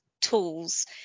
tools